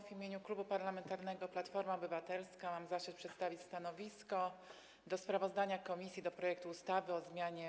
W imieniu Klubu Parlamentarnego Platforma Obywatelska mam zaszczyt przedstawić stanowisko wobec sprawozdania komisji o projekcie ustawy o zmianie